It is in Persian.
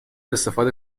استفاده